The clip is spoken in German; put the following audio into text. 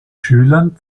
schülern